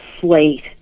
slate